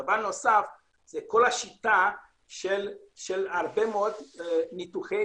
דבר נוסף הוא השיטה של הרבה מאוד ניתוחי